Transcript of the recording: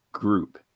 group